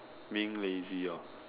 being lazy hor